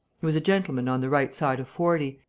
he was a gentleman on the right side of forty,